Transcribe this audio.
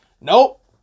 Nope